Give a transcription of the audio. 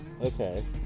Okay